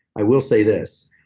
i will say this,